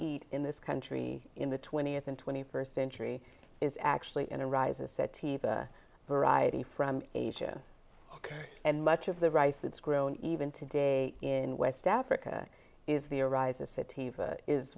eat in this country in the twentieth and twenty first century is actually in a rises set tiva variety from asia and much of the rice that's grown even today in west africa is the arise